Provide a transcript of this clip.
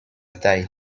taille